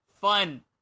fun